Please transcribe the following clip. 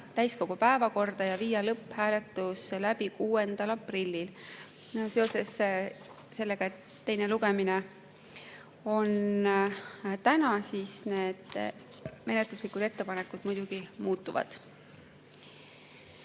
täiskogu päevakorda ja viia lõpphääletus läbi 6. aprillil. Seoses sellega, et teine lugemine on täna, need menetluslikud ettepanekud muidugi muutuvad.